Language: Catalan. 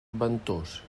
ventós